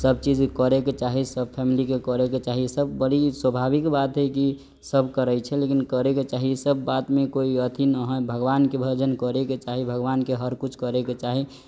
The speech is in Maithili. सबचीज करे के चाही सब फैमिली के करे के चाही सब बड़ी स्वाभाविक बात है की सब करै छै लेकिन करै चाही ईसब बात मे कोइ अथी न है भगवान के भजन करे के चाही भगवान के हर कुछ करे के चाही